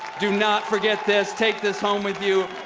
do not forget this. take this home with you.